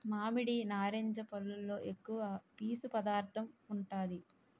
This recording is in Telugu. మామిడి, నారింజ పల్లులో ఎక్కువ పీసు పదార్థం ఉంటాది